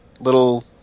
little